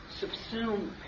subsume